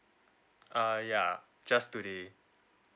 uh ya just today